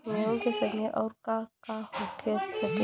गेहूँ के संगे अउर का का हो सकेला?